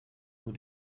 nur